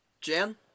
jan